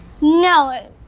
No